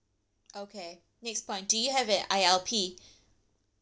okay next point do you have a I_L_P